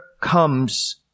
comes